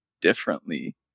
differently